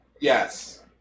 yes